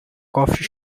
coffee